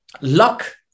luck